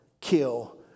kill